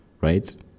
right